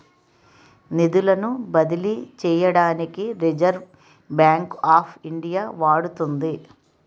నిధులను బదిలీ చేయడానికి రిజర్వ్ బ్యాంక్ ఆఫ్ ఇండియా వాడుతుంది